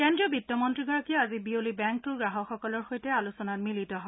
কেন্দ্ৰীয় বিত্তমন্ত্ৰীগৰাকীয়ে আজি বিয়লি বেংকটোৰ গ্ৰাহকসকলৰ সৈতে আলোচনাত মিলিত হয়